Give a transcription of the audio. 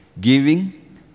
giving